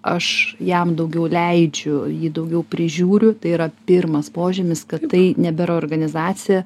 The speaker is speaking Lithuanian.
aš jam daugiau leidžiu jį daugiau prižiūriu tai yra pirmas požymis kad tai nebėra organizacija